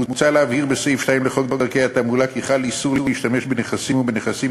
מוצע להבהיר בסעיף 2א לחוק דרכי תעמולה כי חל איסור להשתמש בנכסים ובנכסים